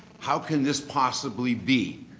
how can this possibly be?